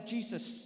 Jesus